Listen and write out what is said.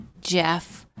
Jeff—